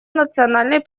национальной